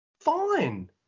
fine